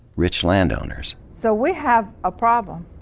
rich landowners. so we have a problem.